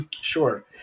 Sure